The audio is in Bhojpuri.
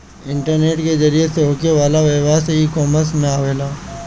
इंटरनेट के जरिया से होखे वाला व्यवसाय इकॉमर्स में आवेला